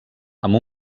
amb